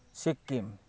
Sikkim